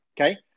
okay